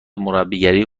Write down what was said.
مربیگری